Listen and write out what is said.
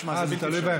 תשמע, זה בלתי אפשרי.